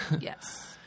Yes